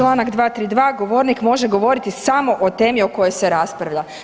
Čl. 232. govornik može govoriti samo o temi o kojoj se raspravlja.